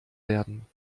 werden